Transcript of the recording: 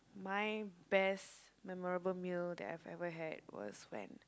my best memorable meal that I ever had was when